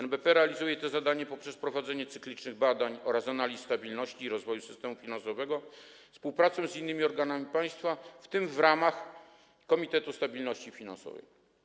NBP realizuje to zadanie poprzez prowadzenie cyklicznych badań oraz analiz stabilności i rozwoju systemu finansowego oraz współpracę z innymi organami państwa, w tym w ramach Komitetu Stabilności Finansowej.